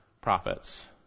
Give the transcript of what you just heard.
prophets